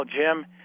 Jim